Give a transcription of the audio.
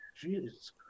Jesus